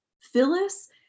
Phyllis